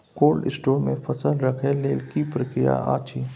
Cold store मे फसल रखय लेल की प्रक्रिया अछि?